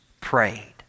prayed